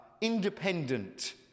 independent